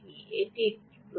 এটা ঠিক একটা প্রশ্ন